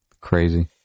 Crazy